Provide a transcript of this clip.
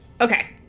Okay